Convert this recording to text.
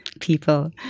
people